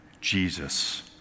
Jesus